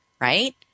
right